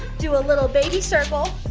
do a little baby circle.